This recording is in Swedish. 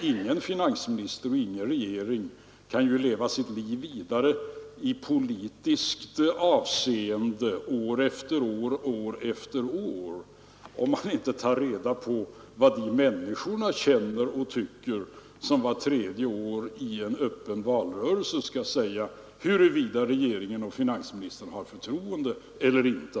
Ingen finansminister och ingen regering kan leva vidare i politiskt avseende år efter år om man inte tar reda på vad de människor känner och tycker som vart tredje år i öppen valrörelse skall säga huruvida regeringen och finansministern har förtroende eller inte.